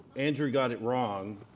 andrew got it wrong,